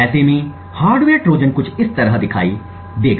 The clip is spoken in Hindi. ऐसे में हार्डवेयर ट्रोजन कुछ इस तरह दिखेगा